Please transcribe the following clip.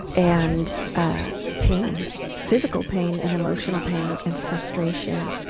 and pain physical pain and emotional pain and frustration.